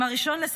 אם 1 בספטמבר,